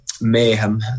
mayhem